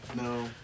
No